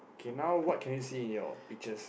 okay now what can you see in your pictures